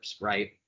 right